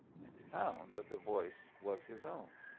and he found that the voice was his own.